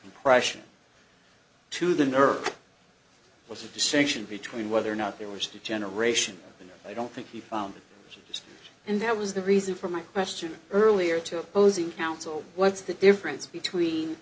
compression to the nerve it was a distinction between whether or not there was a generation and i don't think he found it since and that was the reason for my question earlier to opposing counsel what's the difference between